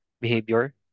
behavior